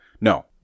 No